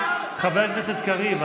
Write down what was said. חבר הכנסת קריב,